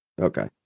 Okay